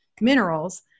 minerals